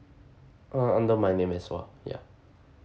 all under my name as well ya